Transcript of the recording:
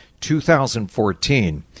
2014